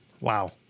Wow